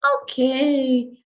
okay